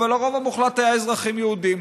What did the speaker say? אבל הרוב המוחלט היה אזרחים יהודים.